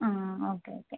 ആ ആ okay okay